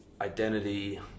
identity